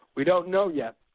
we don't know yet.